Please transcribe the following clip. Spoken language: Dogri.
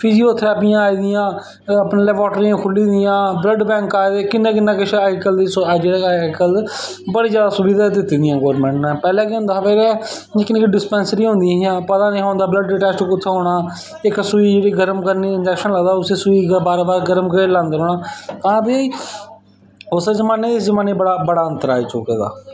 फिजियोथैरेपियां आई दियां एह् लैबेट्रियां खु'ल्ली दियां ब्लड बैंक आये दे किन्ना किन्ना किश ऐ अज्जकल बड़ी जादा सुबिधा दित्ती दियां गौरमेंट नै पैह्लें केह् होंदा हा की निक्की निक्की डिस्पैंसरियां होंदियां हियां पता गै निं होंदा हा ब्लड टेस्ट कुत्थां होना हा इक्क सूई गरम करनी इंजेक्शन लानै ताहीं उसी बार बार गरम करदे रौह्ना आं भई उस जमानै च ते इस जमानै च बड़ा अंतर आई चुके दा